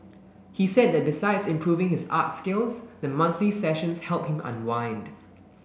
he said that besides improving his art skills the monthly sessions help him unwind